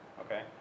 okay